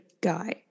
guy